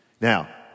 Now